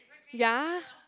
ya